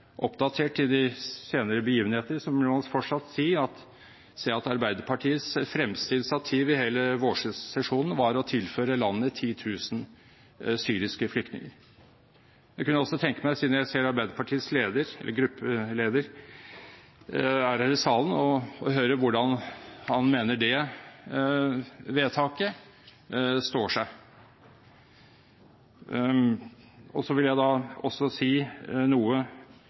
oppdatert til de senere begivenheter – vil man fortsatt se at Arbeiderpartiets fremste initiativ i hele vårsesjonen var å tilføre landet 10 000 syriske flyktninger. Jeg kunne også tenke meg, siden jeg ser Arbeiderpartiets gruppeleder er her i salen, å høre hvordan han mener det vedtaket står seg. Jeg vil også si noe